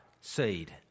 seed